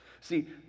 See